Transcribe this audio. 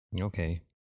Okay